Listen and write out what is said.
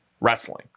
wrestling